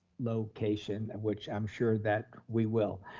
location, and which i'm sure that we will.